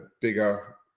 bigger